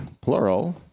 plural